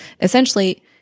Essentially